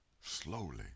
Slowly